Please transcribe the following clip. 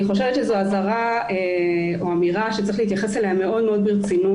אני חושבת שזאת אמירה שצריך להתייחס אליה מאוד ברצינות